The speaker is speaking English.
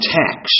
tax